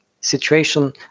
situation